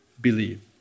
Believe